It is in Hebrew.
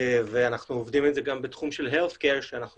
ואנחנו עובדים עם זה גם בתחום של health care שאנחנו